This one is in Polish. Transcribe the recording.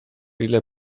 ile